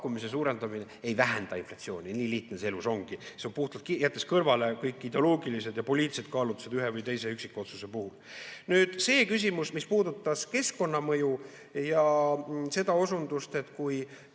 rahapakkumise suurendamine ei vähenda inflatsiooni. Nii lihtne see elus ongi, jättes kõrvale kõik ideoloogilised ja poliitilised kaalutlused ühe või teise üksikotsuse puhul. Nüüd see küsimus, mis puudutab keskkonnamõju ja seda osundust, et kui